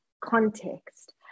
context